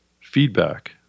feedback